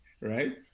right